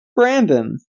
Brandon